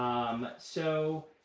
so,